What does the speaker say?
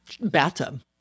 Bathtub